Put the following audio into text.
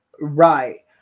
right